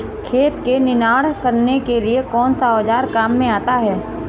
खेत में निनाण करने के लिए कौनसा औज़ार काम में आता है?